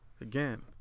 again